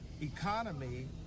economy